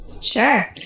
Sure